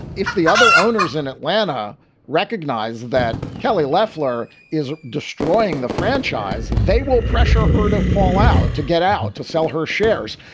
if the other owners in atlanta recognize that kelly leffler is destroying the franchise, they will pressure her to fall out, to get out, to sell her shares.